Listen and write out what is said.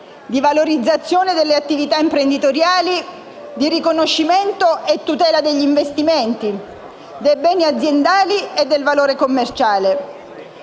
valorizzazione delle attività imprenditoriali e di riconoscimento e tutela degli investimenti, dei beni aziendali e del valore commerciale,